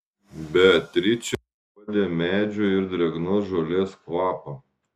beatričė uodė medžių ir drėgnos žolės kvapą